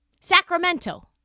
Sacramento